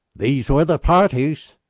these were the parties.